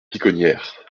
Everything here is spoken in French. piconnières